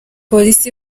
polisi